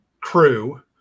crew